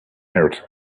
earth